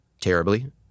Terribly